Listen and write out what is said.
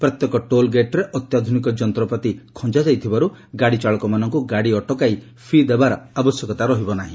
ପ୍ରତ୍ୟେକ ଟୋଲ୍ଗେଟ୍ରେ ଅତ୍ୟାଧୁନିକ ଯନ୍ତ୍ରପାତି ଖଞ୍ଜା ଯାଇଥିବାରୁ ଗାଡ଼ି ଚାଳକମାନଙ୍କୁ ଗାଡ଼ି ଅଟକାଇ ଫି' ଦେବାର ଆବଶ୍ୟକତା ରହିବ ନାର୍ହି